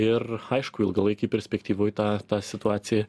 ir aišku ilgalaikėj perspektyvoj tą tą situacija